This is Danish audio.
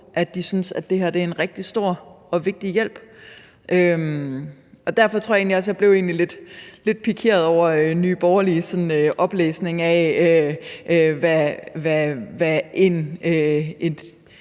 at det her er en rigtig stor og vigtig hjælp. Derfor tror jeg egentlig også, at jeg blev lidt pikeret over Nye Borgerliges oplæsning af, hvad en